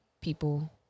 people